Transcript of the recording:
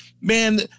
man